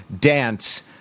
dance